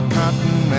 cotton